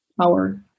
power